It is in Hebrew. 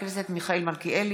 מיכאל מלכיאלי,